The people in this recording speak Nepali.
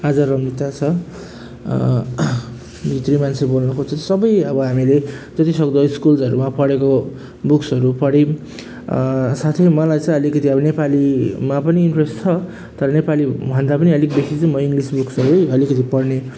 आज रमिता छ भित्री मान्छे बोल्नु खोज्छ सबै अब हामीले जति सक्दो स्कुल्सहरूमा पढेको बुक्सहरू पढि साथी मलाई चाहिँ अलिकति नेपालीमा पनि इन्ट्रेस छ तर नेपाली भन्दा पनि अलिक बेसी चाहिँ म इङ्ग्लिस बुक्सहरू अलिकति पढ्ने